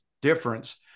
difference